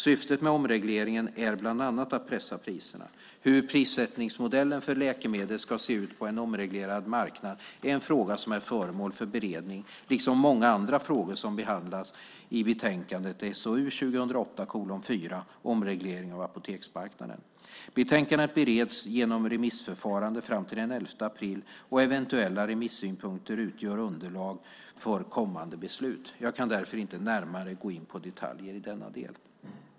Syftet med omregleringen är bland annat att pressa priserna. Hur prissättningsmodellen för läkemedel ska se ut på en omreglerad marknad är en fråga som är föremål för beredning, liksom många andra frågor som behandlas i betänkandet SOU 2008:4 Omreglering av apoteksmarknaden . Betänkandet bereds genom remissförfarande fram till den 11 april, och eventuella remissynpunkter utgör underlag för kommande beslut. Jag kan därför inte närmare gå in på detaljer i denna del.